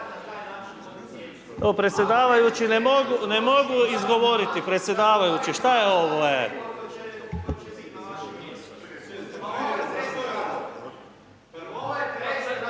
to je presedan